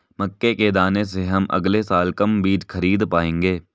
मक्के के दाने से हम अगले साल कम बीज खरीद पाएंगे